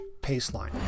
paceline